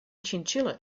chinchilla